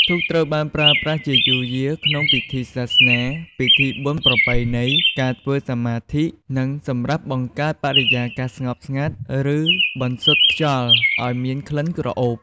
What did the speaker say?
ធូបត្រូវបានប្រើប្រាស់ជាយូរយារ ក្នុងពិធីសាសនា ពិធីបុណ្យប្រពៃណី ការធ្វើសមាធិ និងសម្រាប់បង្កើតបរិយាកាសស្ងប់ស្ងាត់ ឬបន្សុទ្ធខ្យល់ឱ្យមានក្លិនក្រអូប។